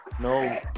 No